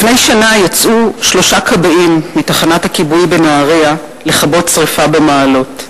לפני שנה יצאו שלושה כבאים מתחנת הכיבוי בנהרייה לכבות שרפה במעלות.